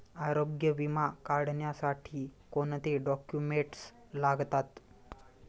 आरोग्य विमा काढण्यासाठी कोणते डॉक्युमेंट्स लागतात?